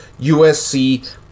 USC